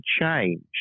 change